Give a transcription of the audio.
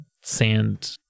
sand